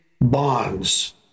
bonds